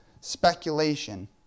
speculation